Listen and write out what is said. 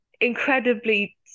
incredibly